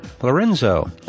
Lorenzo